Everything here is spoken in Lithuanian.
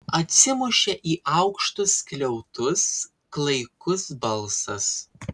atsimušė į aukštus skliautus klaikus balsas